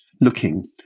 looking